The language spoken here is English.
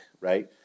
right